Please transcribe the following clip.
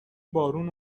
بارون